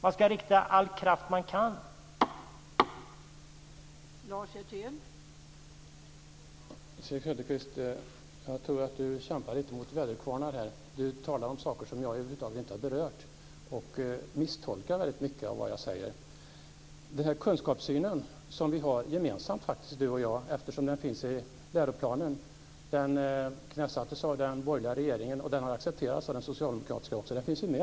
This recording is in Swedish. Man ska rikta all kraft man kan på att göra det.